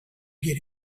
get